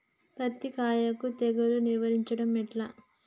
పత్తి కాయకు తెగుళ్లను నివారించడం ఎట్లా?